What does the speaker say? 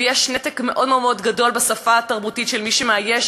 ויש נתק מאוד מאוד גדול בשפה התרבותית בין מי שמאייש